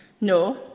no